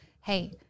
Hey